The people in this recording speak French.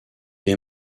est